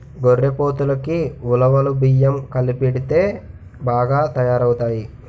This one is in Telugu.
గొర్రెపోతులకి ఉలవలు బియ్యం కలిపెడితే బాగా తయారవుతాయి